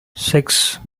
six